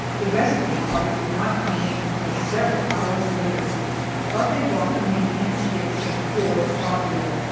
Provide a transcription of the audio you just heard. the rest of the party did not come in until several hours later but they brought the meat and skins of four buffalo,